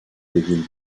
devienne